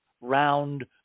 round